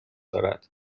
دارد